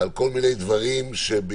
על כל מיני דברים שבימים